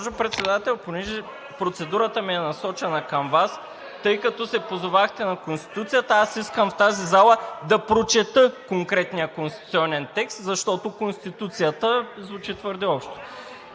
Госпожо Председател, понеже процедурата ми е насочена към Вас, тъй като се позовахте на Конституцията, аз искам в тази зала да прочета конкретния конституционен текст, защото Конституцията звучи твърде общо.